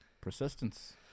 Persistence